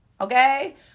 okay